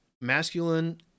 masculine